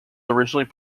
originally